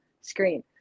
screen